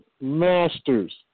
masters